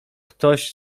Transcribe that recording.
ktoś